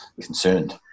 concerned